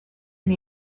and